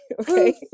okay